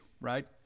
right